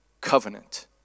Covenant